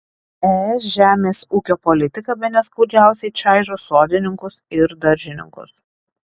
es žemės ūkio politika bene skaudžiausiai čaižo sodininkus ir daržininkus